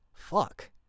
fuck